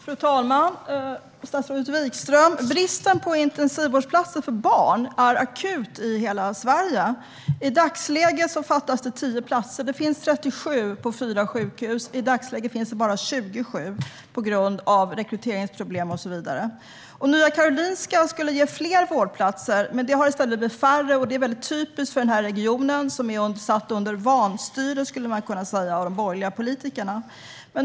Fru talman! Statsrådet Wikström! Bristen på intensivvårdsplatser för barn är akut i hela Sverige. I dagsläget fattas tio platser. Det finns 37 platser på fyra sjukhus. I dagsläget finns det bara 27 på grund av rekryteringsproblem och så vidare. Nya Karolinska skulle ge fler vårdplatser, men det har i stället blivit färre, vilket är typiskt för den här regionen, som är satt under vanstyre, skulle man kunna säga, av de borgerliga politikerna.